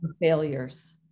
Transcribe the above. failures